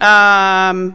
ok